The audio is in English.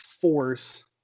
force